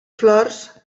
flors